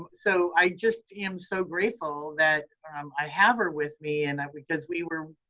um so i just am so grateful that i have her with me and i, because we were,